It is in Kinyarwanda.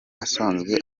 asanzwe